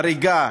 הריגה,